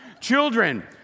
children